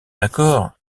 accord